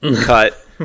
cut